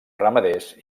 ramaders